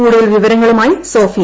കൂടുതൽ വിവരങ്ങളുമായി സോഫിയ